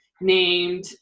named